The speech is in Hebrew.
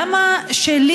למה שלי,